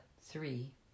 three